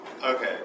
Okay